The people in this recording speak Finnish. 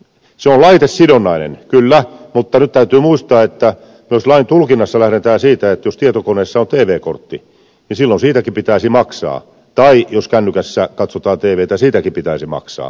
se on laitesidonnainen kyllä mutta nyt täytyy muistaa että myös lain tulkinnassa lähdetään siitä että jos tietokoneessa on tv kortti niin silloin siitäkin pitäisi maksaa tai jos kännykästä katsotaan tvtä siitäkin pitäisi maksaa